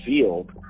field